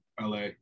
LA